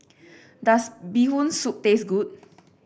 does Bee Hoon Soup taste good